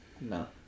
No